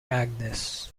agnes